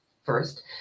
first